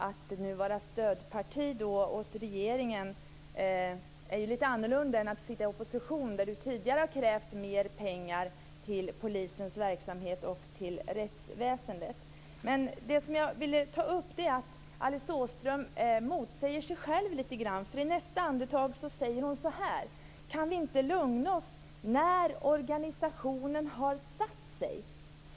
Att nu vara stödparti åt regeringen är ju lite annorlunda än att sitta i opposition, då ni tidigare krävde mer pengar till polisens verksamhet och till rättsväsendet. Det jag ville ta upp är att Alice Åström motsäger sig själv lite grann. I nästa andetag säger hon: Kan vi inte lugna oss när organisationen har satt sig.